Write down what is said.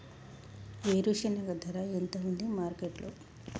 వేరుశెనగ ధర ఎంత ఉంది మార్కెట్ లో?